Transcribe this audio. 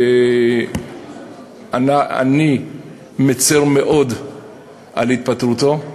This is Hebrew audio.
אני מצר מאוד על התפטרותו.